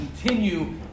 continue